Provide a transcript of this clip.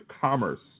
Commerce